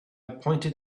pointed